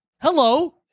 hello